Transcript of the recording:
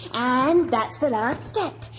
um that's the last step.